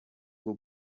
bwo